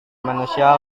manusia